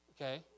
Okay